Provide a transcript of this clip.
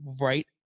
right